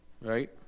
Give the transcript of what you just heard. right